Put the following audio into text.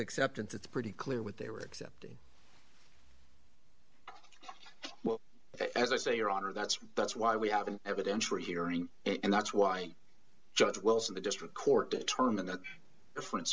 acceptance it's pretty clear what they were accepting well as i say your honor that's that's why we have an evidentiary hearing and that's why judge wilson the district court determined that difference